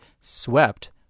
SWEPT